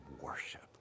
worship